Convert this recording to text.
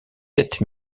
sept